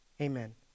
amen